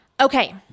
Okay